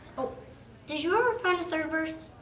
did you ever find a third verse?